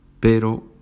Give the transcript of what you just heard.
Pero